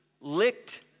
licked